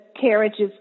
carriages